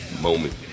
moment